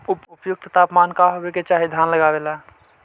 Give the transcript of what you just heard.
उपयुक्त तापमान का होबे के चाही धान लगावे ला?